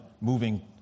moving